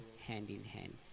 hand-in-hand